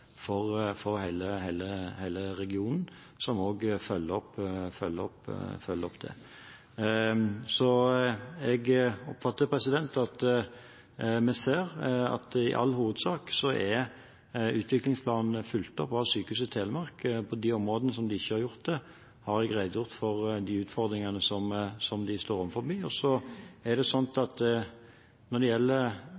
hele regionen, som også følger opp dette. Jeg oppfatter at i all hovedsak ser vi at utviklingsplanen er fulgt opp av Sykehuset Telemark. På de områdene de ikke har gjort det, har jeg redegjort for de utfordringene som de står overfor. Når det gjelder utviklingen i spesialisthelsetjenesten, er det